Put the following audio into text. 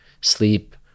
sleep